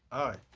aye.